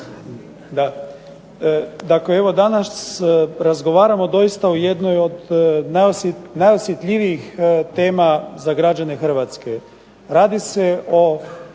Dobro. Dakle, evo danas razgovaramo doista od jednoj od najosjetljivijih tema za građane Hrvatske. Radi se o